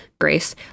Grace